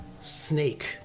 snake